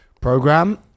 program